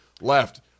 left